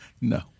No